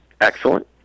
Excellent